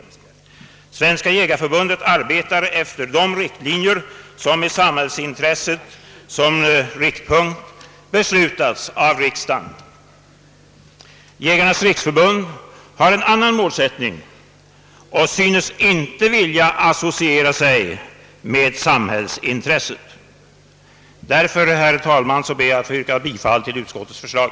Svenska jägareförbundet arbetar efter de riktlinjer som med samhällsintresset som riktpunkt beslutas av riksdagen. Jägarnas riksförbund har en annan målsättning och synes inte vilja associera sig med samhällets intressen. Därför, herr talman, ber jag att få yrka bifall till utskottets förslag.